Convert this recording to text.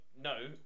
No